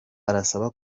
arasaba